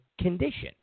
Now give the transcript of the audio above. condition